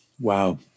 wow